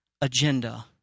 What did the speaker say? agenda